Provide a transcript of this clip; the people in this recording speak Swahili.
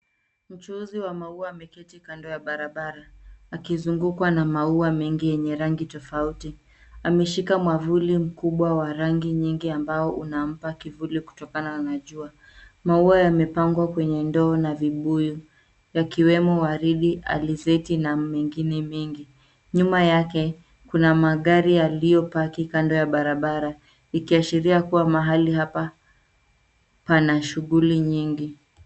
Mchuuzi wa maua ameketi kando ya barabara, akizungukwa na maua mengi yenye rangi tofauti. Ameshika mwavuli mkubwa wa rangi nyingi ambao unampa kivuli kutokana na jua. Maua yamepangwa kwenye ndoo na vibuyu. Yakiwemo waridi, alizeti, na mengine mengi. Nyuma yake, kuna magari yaliyo paki kando ya barabara. Ikiashiria kuwa mahali hapa, pana shughuli nyingi.